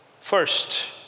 first